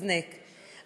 של ליצמן,